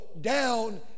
down